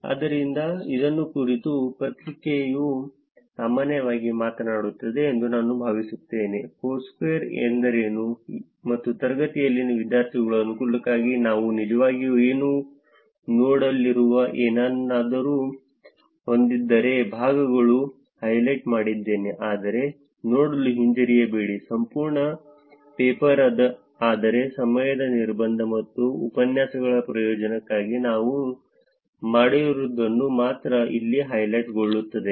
ಆದ್ದರಿಂದಕುರಿತು ಪತ್ರಿಕೆಯು ಸಾಮಾನ್ಯವಾಗಿ ಮಾತನಾಡುತ್ತದೆ ಎಂದು ನಾನು ಭಾವಿಸುತ್ತೇನೆ ಫೋರ್ಸ್ಕ್ವೇರ್ ಎಂದರೇನು ಮತ್ತು ತರಗತಿಯಲ್ಲಿನ ವಿದ್ಯಾರ್ಥಿಗಳ ಅನುಕೂಲಕ್ಕಾಗಿ ನಾನು ನಿಜವಾಗಿಯೂ ನಾನು ನೋಡಲಿರುವ ಏನನ್ನಾದರೂ ಹೊಂದಿರುವ ಭಾಗಗಳನ್ನು ಹೈಲೈಟ್ ಮಾಡಿದ್ದೇನೆ ಆದರೆ ನೋಡಲು ಹಿಂಜರಿಯಬೇಡಿ ಸಂಪೂರ್ಣ ಪೇಪರ್ ಆದರೆ ಸಮಯದ ನಿರ್ಬಂಧ ಮತ್ತು ಉಪನ್ಯಾಸಗಳ ಪ್ರಯೋಜನಕ್ಕಾಗಿ ನಾನು ಮಾಡಿದವುಗಳನ್ನು ಮಾತ್ರ ಇಲ್ಲಿ ಹೈಲೈಟ್ನೋಡಲಿದ್ದೇನೆ